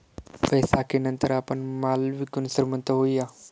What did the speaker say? बैसाखीनंतर आपण माल विकून श्रीमंत होऊया